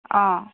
অঁ